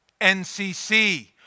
NCC